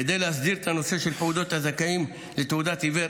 כדי להסדיר את הנושא של פעוטות הזכאים לתעודת עיוור,